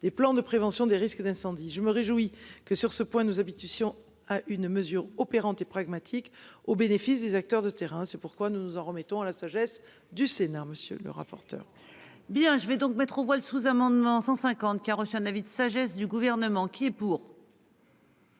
des plans de prévention des risques d'incendie. Je me réjouis que sur ce point nous habitue si on a une mesure opérante et pragmatique au bénéfice des acteurs de terrain, c'est pourquoi nous nous en remettons à la sagesse du Sénat. Monsieur le rapporteur. Bien je vais donc mettre aux voix le sous-amendement 150 qui a reçu un avis de sagesse du gouvernement qui est pour.